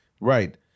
Right